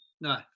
No